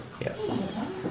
Yes